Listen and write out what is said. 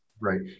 Right